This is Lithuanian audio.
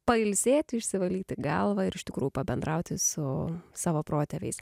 pailsėti išsivalyti galvą ir iš tikrųjų pabendrauti su savo protėviais